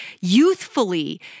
youthfully